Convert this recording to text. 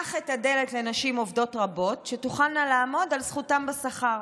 שפתח את הדלת לנשים עובדות רבות שתוכלנה לעמוד על זכותם בשכר: